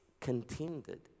contended